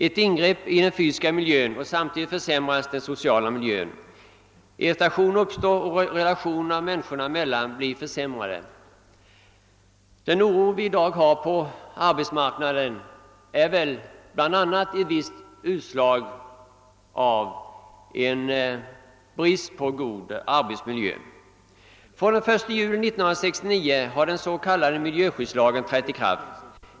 Ett ingrepp görs i den fysiska miljön och samtidigt försämras den sociala miljön. Irritation uppstår och relationerna människorna emellan blir störda. Den oro som i dag råder på arbetsmarknaden beror väl bl.a. på bristen på god arbetsmiljö. Den 1 juli 1969 trädde den s.k. miljöskyddslagen i kraft.